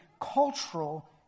cultural